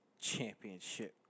championship